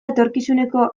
etorkizuneko